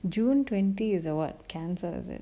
june twenty is a what cancer is it